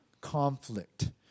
conflict